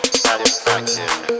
satisfaction